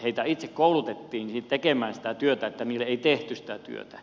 heitä itse koulutettiin tekemään sitä työtä heille ei tehty sitä työtä